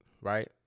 right